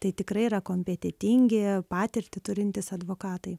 tai tikrai yra kompetentingi patirtį turintys advokatai